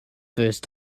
first